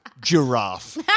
Giraffe